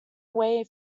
away